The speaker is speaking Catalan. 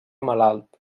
malalt